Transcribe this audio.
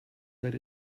that